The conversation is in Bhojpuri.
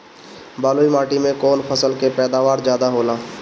बालुई माटी में कौन फसल के पैदावार ज्यादा होला?